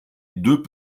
deux